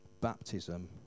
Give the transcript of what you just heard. baptism